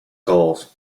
calls